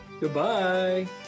goodbye